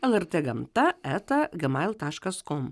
lrt gamta eta gmail taškas kom